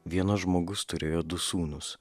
vienas žmogus turėjo du sūnus